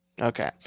Okay